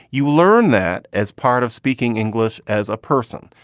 you learn that as part of speaking english as a person.